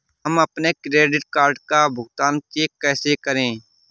हम अपने credit card का भुगतान चेक से कैसे करें?